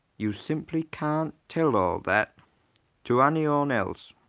you simply can't tell all that to anyone else